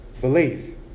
Believe